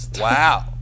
Wow